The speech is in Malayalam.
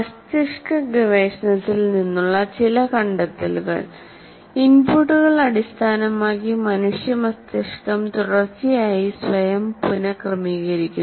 മസ്തിഷ്ക ഗവേഷണത്തിൽ നിന്നുള്ള ചില കണ്ടെത്തലുകൾ ഇൻപുട്ടുകൾ അടിസ്ഥാനമാക്കി മനുഷ്യ മസ്തിഷ്കം തുടർച്ചയായി സ്വയം പുനക്രമീകരിക്കുന്നു